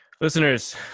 Listeners